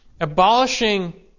abolishing